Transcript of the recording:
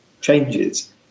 changes